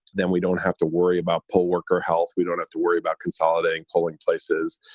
then we don't have to worry about poll worker health. we don't have to worry about consolidating polling places.